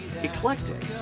eclectic